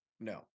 no